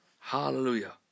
Hallelujah